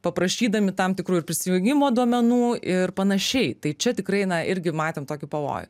paprašydami tam tikrų ir prisijungimo duomenų ir panašiai tai čia tikrai na irgi matėm tokį pavojų